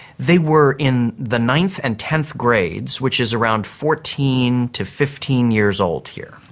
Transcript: they were in the ninth and tenth grades, which is around fourteen to fifteen years old here.